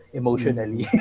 emotionally